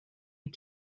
ont